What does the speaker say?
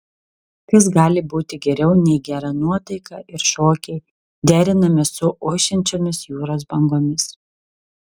kas gali būti geriau nei gera nuotaika ir šokiai derinami su ošiančiomis jūros bangomis